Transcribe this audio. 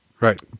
right